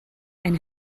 and